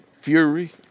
fury